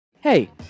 Hey